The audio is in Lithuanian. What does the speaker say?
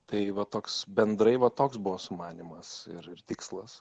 tai va toks bendrai va toks buvo sumanymas ir ir tikslas